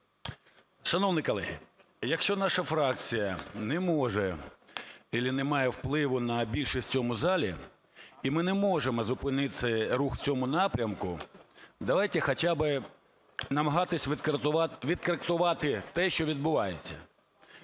Шановні колеги, якщо наша фракція не може або не має впливу на більшість в цьому залі, і ми не можемо зупинити рух в цьому напрямку, давайте хоча би намагатися відкоригувати те, що відбувається.